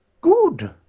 good